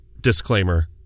disclaimer